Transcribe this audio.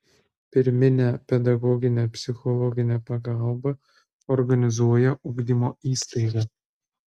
pirminę pedagoginę psichologinę pagalbą organizuoja ugdymo įstaiga